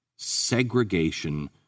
Segregation